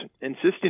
insisting